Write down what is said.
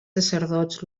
sacerdots